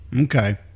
Okay